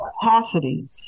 capacity